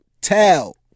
tell